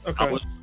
Okay